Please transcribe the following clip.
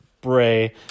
Bray